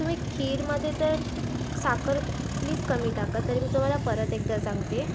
तुम्ही खीरमध्ये तर साखर प्लिज कमी टाका तरी मी तुम्हाला परत एकदा सांगते